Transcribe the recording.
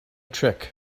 trick